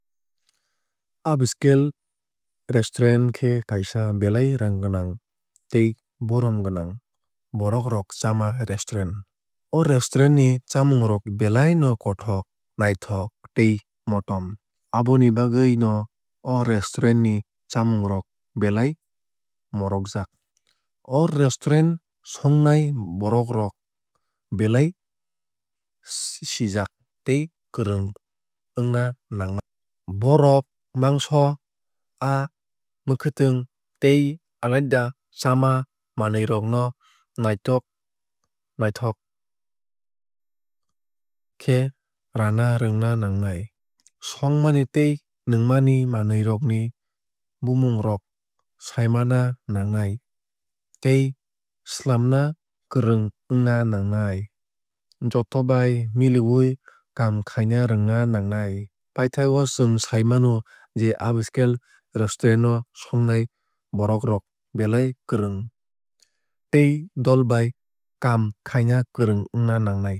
Upscale restaurant khe kaisa belai raang gwnang tei borom gwnang borok rok chama restaurant. O restaurant ni chamung rok belai no kothok naithok tei motom. Aboni bagwui no o restaurant ni chamung rok belai morokjak. O restaurant songnai borok rok belai sijak tei kwrwng wngna nangnai. Bohrok mangso aa mwkhwtwng tei alaida chama manwui rok no naithok naithok khe rana rwngna nangnai. Songmani tei nwngmani manwui rokni bumung rok saimanna nangnai tei swlamna kwrwng wngna nangnai. Jotobai miliwui kaam khaina rwngna nangnai. Paithago chwng sai mano je upscale restaurant o songnai borok rok belai kwrwng tei dol bai kaam khaina kwrwng wngna nangnai.